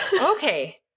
Okay